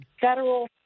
federal